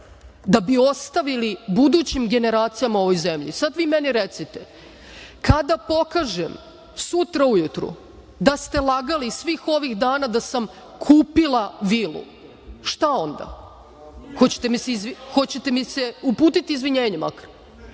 da bi ostavili budućim generacijama u ovoj zemlji. Sad vi meni recite – kada pokažem, sutra ujutru, da sam lagali svih ovih dana da sam kupila vilu, šta onda? Hoćete li mi se izviniti?